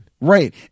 Right